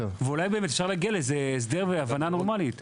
ואולי אפשר להגיע להסדר ולהבנה נורמלית.